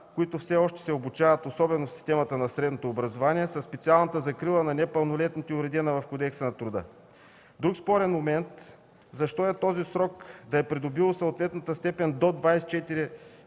които все още се обучават, особено в системата на средното образование, със специалната закрила на непълнолетните, уредена в Кодекса на труда? Друг спорен момент. Защо е този срок да е придобило съответната степен до 24